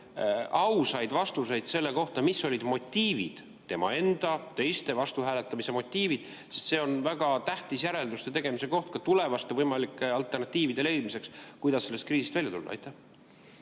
ausaid vastuseid selle kohta, mis olid tema või teiste vastuhääletamise motiivid, sest see on väga tähtis järelduste tegemise koht ka tulevaste võimalike alternatiivide leidmiseks, kuidas sellest kriisist välja tulla. Aitäh!